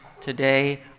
today